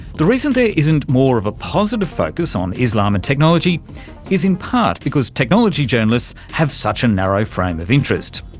the reason there isn't more of a positive focus on islam and technology is in part because technology journalists have such a narrow frame of interest.